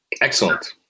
Excellent